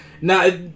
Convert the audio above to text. Now